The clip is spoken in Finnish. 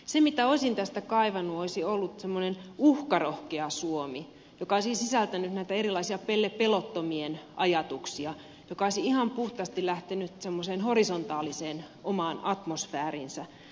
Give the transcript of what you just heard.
se mitä olisin tästä kaivannut olisi ollut semmoinen uhkarohkea suomi joka olisi sisältänyt näitä erilaisia pellepelottomien ajatuksia joka olisi ihan puhtaasti lähtenyt semmoiseen omaan horisontaaliseen atmosfääriinsä